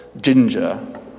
Ginger